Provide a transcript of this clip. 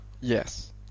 Yes